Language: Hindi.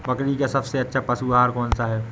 बकरी का सबसे अच्छा पशु आहार कौन सा है?